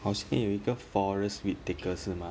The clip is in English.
好像有一个 forest whitaker 是 mah